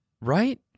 right